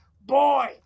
boy